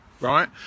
right